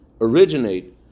originate